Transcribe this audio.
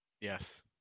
Yes